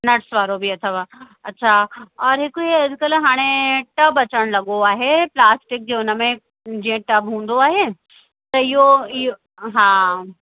nuts वारो बि अथव अच्छा और हिक ही अॼुकल्ह हाणे टब अचण लॻो आहे प्लास्टिक जे हुन में जीअं टब हूंदो आहे त इहो इहो हा